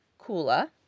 Kula